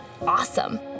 awesome